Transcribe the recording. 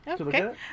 Okay